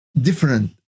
different